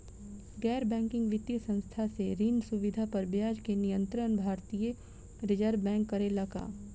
गैर बैंकिंग वित्तीय संस्था से ऋण सुविधा पर ब्याज के नियंत्रण भारती य रिजर्व बैंक करे ला का?